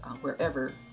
wherever